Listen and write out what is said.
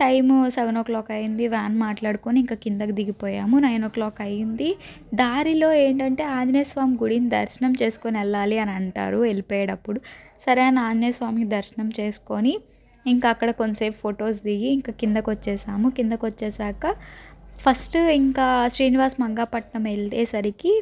time seven o'clock అయింది van మాట్లాడుకుని ఇంకా కిందకు దిగిపోయాము నైన్ ఓ క్లాక్ అయింది దారిలో ఏంటంటే ఆంజనేయస్వామి గుడి దర్శనం చేసుకుని వెళ్ళాలి అని అంటారు వెళ్లిపోయేటప్పుడు సరే అని ఆంజనేయస్వామి దర్శనం చేసుకొని ఇంకా అక్కడ కొంసేపు ఫొటోస్ దిగి ఇంకా కిందకి వచ్చేసాము కిందకు వచ్చేసాక ఫస్ట్ ఇంకా శ్రీనివాస్ మంగాపట్నం వెళ్తే సరికి